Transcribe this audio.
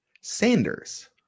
Sanders